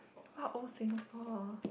what old Singapore